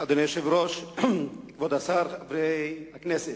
אדוני היושב-ראש, כבוד השר, חברי הכנסת,